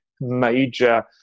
major